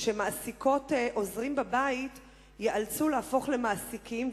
שמעסיקות עוזרים בבית ייאלצו להפוך למעסיקים,